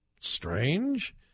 strange